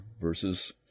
verses